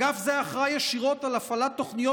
אגף זה אחראי ישירות על הפעלת תוכניות